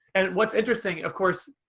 and what's interesting of course,